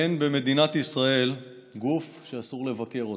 אין במדינת ישראל גוף שאסור לבקר אותו.